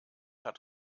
hat